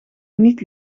niet